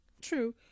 true